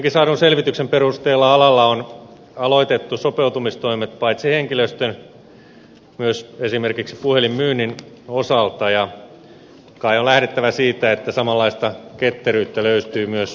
kuitenkin saadun selvityksen perusteella alalla on aloitettu sopeutumistoimet paitsi henkilöstön myös esimerkiksi puhelinmyynnin osalta ja kai on lähdettävä siitä että samanlaista ketteryyttä löytyy myös laskutusosastolta